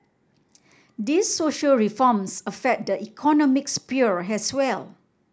these social reforms affect the economic sphere as well